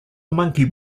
monkey